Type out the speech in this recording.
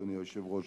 אדוני היושב-ראש,